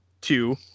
two